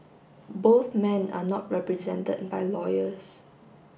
both men are not represented by lawyers